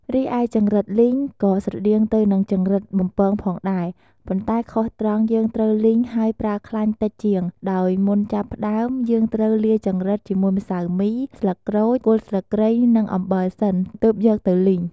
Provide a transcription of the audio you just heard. រីឯចង្រិតលីងក៏ស្រដៀងទៅនឹងចង្រិតបំពងផងដែរ ប៉ុន្តែខុសត្រង់ យើងត្រូវលីង ហើយប្រើខ្លាញ់តិចជាង ដោយមុនចាប់ផ្ដើម យើងត្រូវលាយចង្រិតជាមួយម្សៅមី ស្លឹកក្រូច គល់ស្លឹកគ្រៃនិងអំបិលសិន ទើបយកទៅលីង។